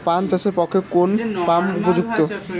পান চাষের পক্ষে কোন পাম্প উপযুক্ত?